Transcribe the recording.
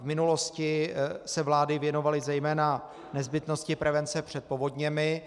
V minulosti se vlády věnovaly zejména nezbytnosti prevence před povodněmi.